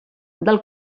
del